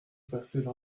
passaient